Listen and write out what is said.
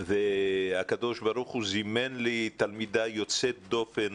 והקדוש ברוך הוא זימן לי תלמידה יוצאת דופן,